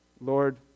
Lord